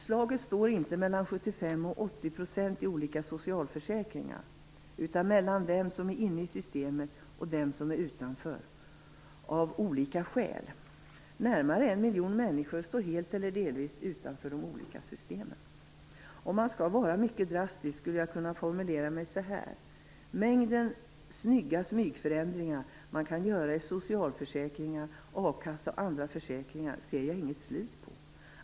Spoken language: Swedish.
Slaget står inte mellan 75 och 80 % i olika socialförsäkringar utan mellan dem som är inne i systemet och dem som av olika skäl står utanför. Närmare en miljon människor står helt eller delvis utanför de olika systemen. Om jag skulle vara mycket drastisk skulle jag kunna formulera mig så här: Mängden snygga smygförändringar som man kan göra i socialförsäkringar, a-kassa och andra försäkringar ser jag inget slut på.